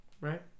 right